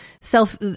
self